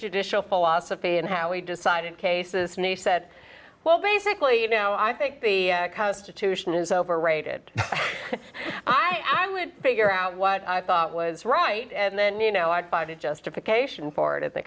judicial philosophy and how he decided cases may said well basically you know i think the constitution is overrated i would figure out what i thought was right and then you know i'd buy the justification for it at the